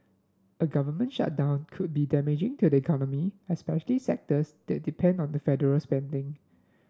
a government shutdown could be damaging to the economy especially sectors that depend on the federal spending